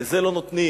לזה לא נותנים,